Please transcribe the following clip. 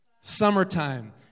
Summertime